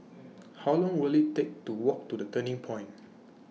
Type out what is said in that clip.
How Long Will IT Take to Walk to The Turning Point